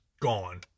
gone